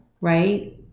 right